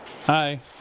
Hi